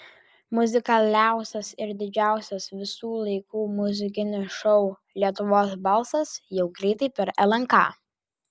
muzikaliausias ir didžiausias visų laikų muzikinis šou lietuvos balsas jau greitai per lnk